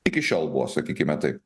iki šiol buvo sakykime taip